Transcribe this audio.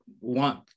want